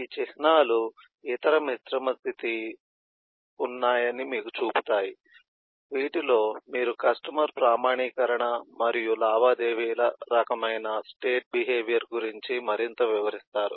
ఈ చిహ్నాలు ఇతర మిశ్రమ స్థితి లు ఉన్నాయని మీకు చూపుతాయి వీటిలో మీరు కస్టమర్ ప్రామాణీకరణ మరియు లావాదేవీల రకమైన స్టేట్ బిహేవియర్ గురించి మరింత వివరిస్తారు